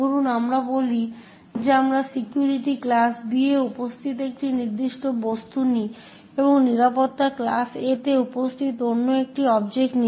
ধরুন আমরা বলি যে আমরা সিকিউরিটি ক্লাস B এ উপস্থিত একটি নির্দিষ্ট বস্তু নিই এবং নিরাপত্তা ক্লাস A তে উপস্থিত অন্য একটি অবজেক্ট নিই